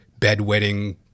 bedwetting